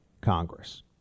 Congress